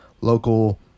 local